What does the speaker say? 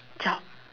job